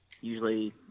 usually